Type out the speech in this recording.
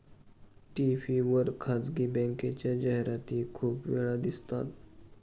TV वर खासगी बँकेच्या जाहिराती खूप वेळा दिसतात